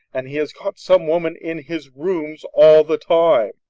and he has got some woman in his rooms all the time.